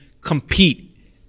compete